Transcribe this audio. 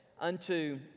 unto